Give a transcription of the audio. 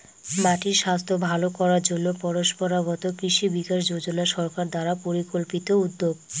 মাটির স্বাস্থ্য ভালো করার জন্য পরম্পরাগত কৃষি বিকাশ যোজনা সরকার দ্বারা পরিকল্পিত উদ্যোগ